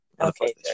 Okay